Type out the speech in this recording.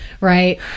right